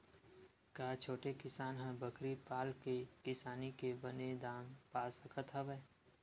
का छोटे किसान ह बकरी पाल के किसानी के बने दाम पा सकत हवय?